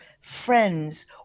friends